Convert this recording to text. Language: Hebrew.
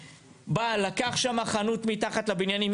לקח שם חנות מתחת לבניינים,